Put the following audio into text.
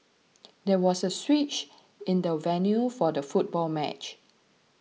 there was a switch in the venue for the football match